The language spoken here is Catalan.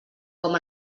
com